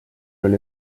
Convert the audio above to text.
oli